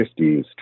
1950s